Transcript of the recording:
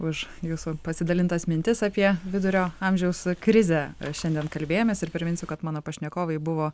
už jūsų pasidalintas mintis apie vidurio amžiaus krizę šiandien kalbėjomės ir priminsiu kad mano pašnekovai buvo